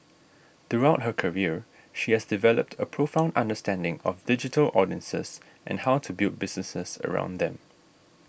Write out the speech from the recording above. throughout her career she has developed a profound understanding of digital audiences and how to build businesses around them